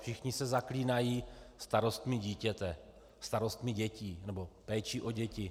Všichni se zaklínají starostmi dítěte, starostmi dětí, nebo péči o děti.